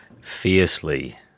fiercely